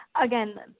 again